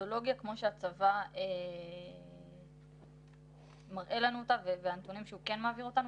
המתודולוגיה כמו שהצבא מראה לנו אותה והנתונים שהוא כן מעביר לנו,